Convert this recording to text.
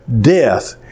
death